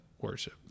worship